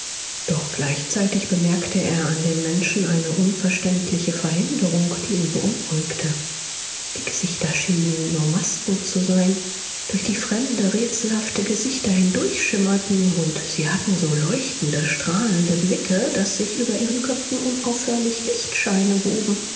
doch gleichzeitig bemerkte er an den menschen eine unverständliche veränderung die ihn beunruhigte die gesichter schienen ihm nur masken zu sein durch die fremde rätselhafte gesichter hindurchschimmerten und sie hatten so leuchtende strahlende blicke daß sich über ihren köpfen unaufhörlich lichtscheine woben